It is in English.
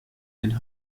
and